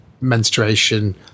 menstruation